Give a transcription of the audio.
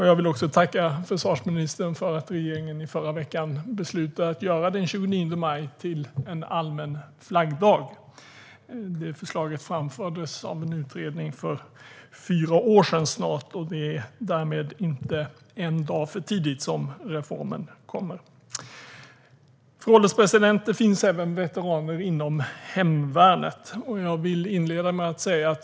Jag vill också tacka försvarsministern för att regeringen förra veckan beslutade att göra den 29 maj till en allmän flaggdag. Det förslaget framfördes av en utredning för snart fyra år sedan. Det är därmed inte en dag för tidigt som reformen kommer. Och det finns veteraner även inom hemvärnet, fru ålderspresident.